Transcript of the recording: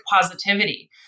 positivity